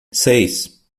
seis